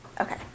Okay